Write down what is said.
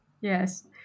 Yes